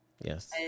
Yes